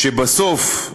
כשבסוף,